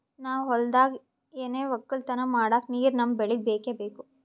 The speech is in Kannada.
ನಾವ್ ಹೊಲ್ದಾಗ್ ಏನೆ ವಕ್ಕಲತನ ಮಾಡಕ್ ನೀರ್ ನಮ್ ಬೆಳಿಗ್ ಬೇಕೆ ಬೇಕು